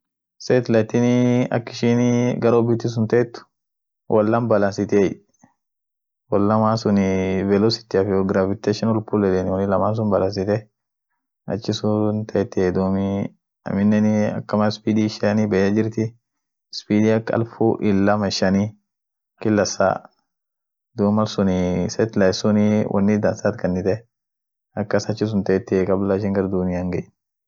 Radanii ak in huji midaas woni tom erga redio webs yedeni. aminen duuun hinpiimai taimu ishin fudet, gajeebit ishini aminen won ishin midaasit won woi sun aminenii mugu ishiati aminenii ak ishin jirt suni, aminen bare ishin jirt sun. akasiin piimtiei